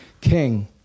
King